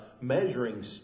measuring